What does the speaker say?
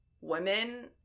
women